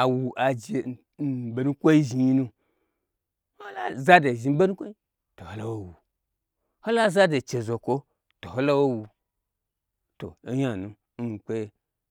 awu aje n ɓonu kwoi zhniinu n hola hoza do zhni ɓo nukwoi to hola wowa, hola zado che zokwo to holawowa to o nyanu nmikpeye